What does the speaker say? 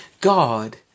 God